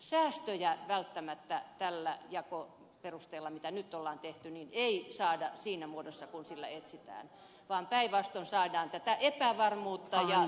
säästöjä välttämättä tällä jakoperusteella mitä nyt on tehty ei saada siinä muodossa kuin sillä etsitään vaan päinvastoin saadaan tätä epävarmuutta ja turvattomuutta